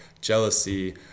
jealousy